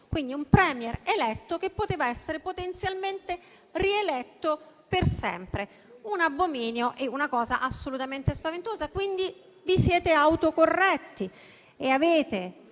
Quindi, un *Premier* eletto che poteva essere potenzialmente rieletto per sempre. Un abominio, una cosa assolutamente spaventosa: quindi, vi siete auto corretti e avete